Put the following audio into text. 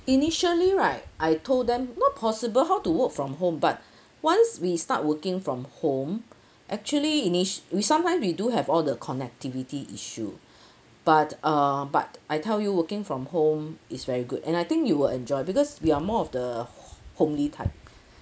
initially right I told them not possible how to work from home but once we start working from home actually init~ we sometime we do have all the connectivity issue but uh but I tell you working from home is very good and I think you will enjoy because we are more of the h~ homely type